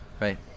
Right